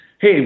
hey